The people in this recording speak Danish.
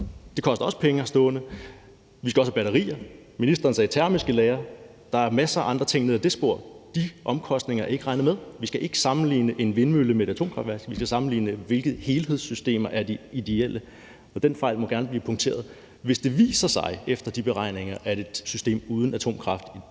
De koster også penge at have stående. Vi skal også have batterier. Ministeren sagde termiske lagre. Der er masser af andre ting nede ad det spor. De omkostninger er ikke regnet med. Vi skal ikke sammenligne en vindmølle med et atomkraftværk; vi skal sammenligne det, i forhold til hvilke helhedssystemer der er de ideelle. Og den fejl må gerne blive punkteret. Hvis det efter de beregninger viser sig, at et system uden atomkraft i